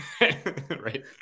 right